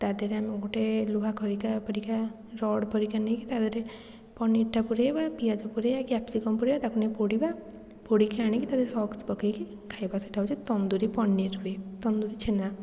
ତା' ଦେହରେ ଆମେ ଗୋଟେ ଲୁହା ଖଡ଼ିକା ଫଡ଼ିକା ରଡ଼ ପରିକା ନେଇକି ତା' ଦେହରେ ପନିର୍ଟା ପୁରେଇବା ପିଆଜ ପୁରେଇବା କ୍ୟାପ୍ସିକମ୍ ପୁରେଇବାଟାକୁ ନେଇକି ପୋଡ଼ିବା ପୋଡ଼ିକି ଆଣିକି ତା' ଦେହରେ ସସ୍ ପକେଇକି ଖାଇବା ସେଇଟା ହେଉଛି ତନ୍ଦୁରୀ ପନିର ହୁଏ ତନ୍ଦୁରୀ ଛେନା